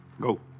Go